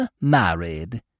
married